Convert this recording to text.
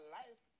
life